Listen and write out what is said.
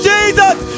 Jesus